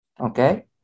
Okay